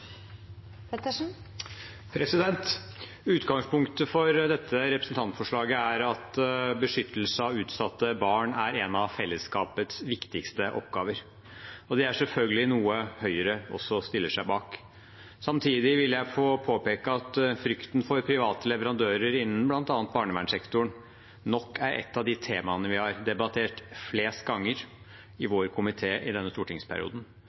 innlegg. Utgangspunktet for dette representantforslaget er at beskyttelse av utsatte barn er en av fellesskapets viktigste oppgaver. Det er selvfølgelig noe Høyre også stiller seg bak. Samtidig vil jeg få påpeke at frykten for private leverandører innen bl.a. barnevernssektoren nok er et av de temaene vi har debattert flest ganger i vår komité i denne stortingsperioden,